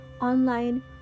online